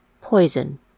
Poison